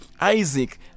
Isaac